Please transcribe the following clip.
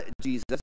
Jesus